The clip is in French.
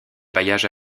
bailliages